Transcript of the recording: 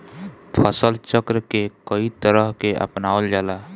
फसल चक्र के कयी तरह के अपनावल जाला?